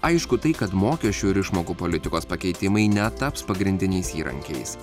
aišku tai kad mokesčių ir išmokų politikos pakeitimai netaps pagrindiniais įrankiais